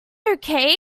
okay